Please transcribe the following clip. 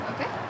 Okay